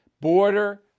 Border